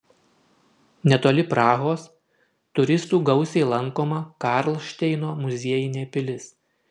netoli prahos turistų gausiai lankoma karlšteino muziejinė pilis